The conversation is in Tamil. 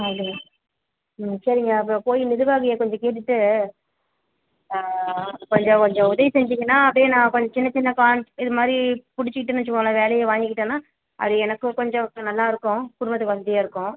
ஆ இல்லைங்க ம் சரிங்க அப்போ கோவில் நிர்வாகியை கொஞ்சம் கேட்டுகிட்டு கொஞ்சம் கொஞ்சம் உதவி செஞ்சீங்கன்னால் அப்டேயே நான் கொஞ்சம் சின்ன சின்ன கான்ட் இதுமாரி பிடிச்சிக்கிட்டேன்னு வச்சுக்கோங்களேன் வேலையை வாங்கிக்கிட்டேன்னால் அது எனக்கும் கொஞ்சம் நல்லா இருக்கும் குடும்பத்துக்கு வசதியாக இருக்கும்